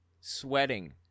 sweating